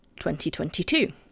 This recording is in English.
2022